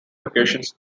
locations